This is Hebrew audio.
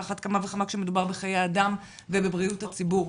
על אחת כמה וכמה כשמדובר בחיי אדם ובבריאות הציבור.